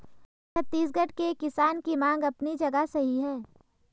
छत्तीसगढ़ के किसान की मांग अपनी जगह सही है